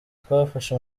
twafashe